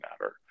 matter